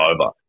over